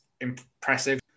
impressive